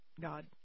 God